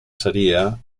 seria